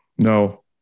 No